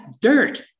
dirt